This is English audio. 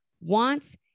wants